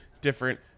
different